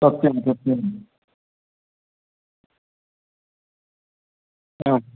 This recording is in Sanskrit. सत्यं सत्यम् एवं